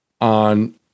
on